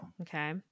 Okay